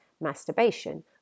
masturbation